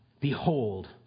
Behold